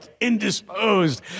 indisposed